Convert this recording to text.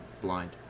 blind